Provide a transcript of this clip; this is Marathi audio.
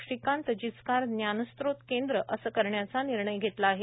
श्रीकांत जिचकार ज्ञानस्रोत केंद्र असे करण्याचा निर्णय घेतला आहे